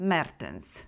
Mertens